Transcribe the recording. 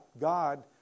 God